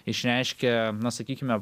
išreiškia na sakykime